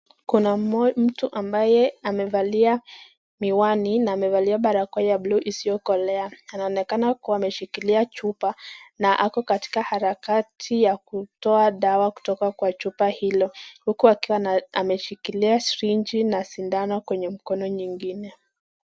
Kuna mtu ambaye amevalia miwani na amevalia barakoa ya bluu isiokolea anaonekana kuwa ameshikilia chupa na ako katika harakati ya kutoa dawa kutoka kwa chupa hilo huku akiwa ameshikilia sirinji na sindano kwenye mkono nyingine.